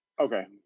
Okay